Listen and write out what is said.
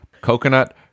coconut